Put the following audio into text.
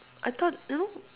I thought you know